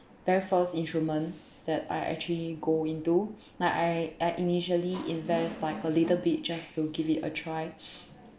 very first instrument that I actually go into like I I initially invest like a little bit just to give it a try